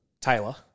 Taylor